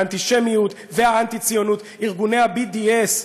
האנטישמיות והאנטי-ציונות, ארגוני ה-BDS?